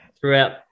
throughout